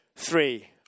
Three